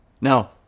Now